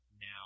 now